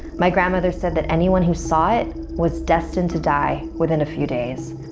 my grandmother said that anyone who saw it was destined to die within a few days.